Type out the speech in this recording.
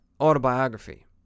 autobiography